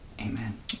amen